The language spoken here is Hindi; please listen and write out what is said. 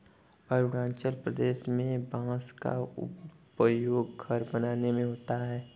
अरुणाचल प्रदेश में बांस का उपयोग घर बनाने में होता है